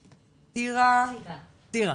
החינוך.